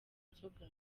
nzoga